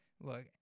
look